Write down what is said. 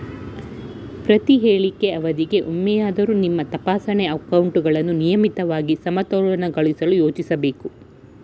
ಪ್ರತಿಹೇಳಿಕೆ ಅವಧಿಗೆ ಒಮ್ಮೆಯಾದ್ರೂ ನಿಮ್ಮ ತಪಾಸಣೆ ಅಕೌಂಟ್ಗಳನ್ನ ನಿಯಮಿತವಾಗಿ ಸಮತೋಲನಗೊಳಿಸಲು ಯೋಚಿಸ್ಬೇಕು